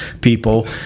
people